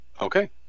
Okay